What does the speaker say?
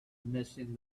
missing